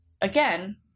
again